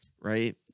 right